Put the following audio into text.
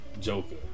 Joker